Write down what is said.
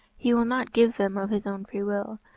he will not give them of his own free will,